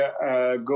go